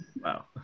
Wow